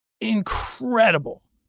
Incredible